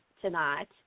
tonight